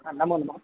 हा नमो नमः